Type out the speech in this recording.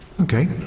Okay